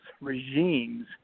regimes